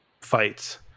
fights